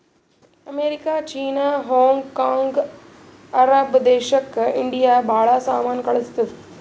America, China, Hong Kong, Arab ದೇಶಕ್ India ಭಾಳ ಸಾಮಾನ್ ಕಳ್ಸುತ್ತುದ್